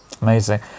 Amazing